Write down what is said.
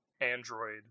Android